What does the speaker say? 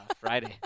Friday